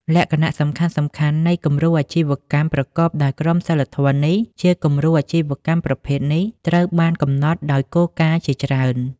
លក្ខណៈសំខាន់ៗនៃគំរូអាជីវកម្មប្រកបដោយក្រមសីលធម៌នេះជាគំរូអាជីវកម្មប្រភេទនេះត្រូវបានកំណត់ដោយគោលការណ៍ជាច្រើន ។